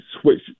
switch